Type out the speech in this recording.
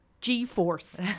g-force